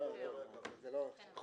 5%. וגם חיפה.